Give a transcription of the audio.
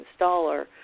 installer